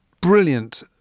brilliant